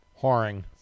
Whoring